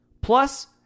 Plus